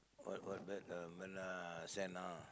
what what that Marina Sands ah